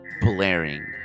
blaring